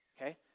okay